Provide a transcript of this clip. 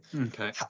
Okay